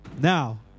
Now